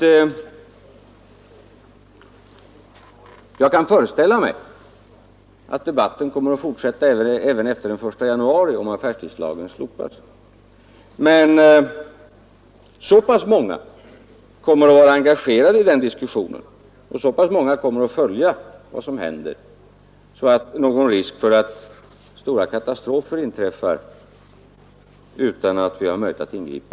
Jag kan föreställa mig att debatten kommer att fortsätta även efter den 1 januari, om affärstidslagen slopas. Så pass många kommer att vara engagerade i den diskussionen och följa vad som händer att det inte finns någon risk för att stora katastrofer inträffar utan att vi har möjlighet att ingripa.